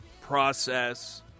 process